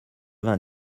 vingt